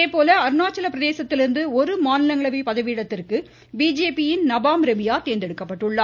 இதேபோல அருணாச்சல பிரதேசத்திலிருந்து ஒரு மாநிலங்களவை பதவியிடத்திற்கு பிஜேபியின் நபாம் ரெபியா தேர்ந்தெடுக்கப்பட்டுள்ளார்